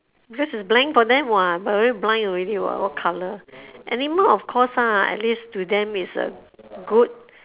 just a blank for them [what] but very blind already [what] what colour animal of course ah at least to them is a good